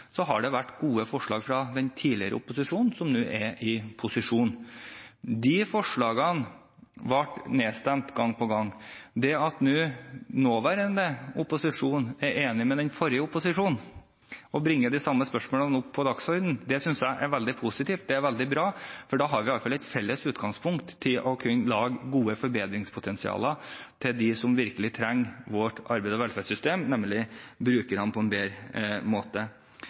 har det vært gode forslag fra den tidligere opposisjonen, som nå er i posisjon. De forslagene ble nedstemt gang på gang. Det at nåværende opposisjon nå er enig med den forrige opposisjonen og bringer de samme spørsmålene på dagsordenen, synes jeg er veldig positivt. Det er veldig bra, for da har vi iallfall et felles utgangspunkt til å kunne lage gode forbedringspotensialer til dem som virkelig trenger vårt arbeids- og velferdssystem – nemlig brukerne – på en bedre måte.